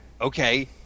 okay